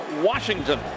Washington